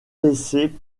laissés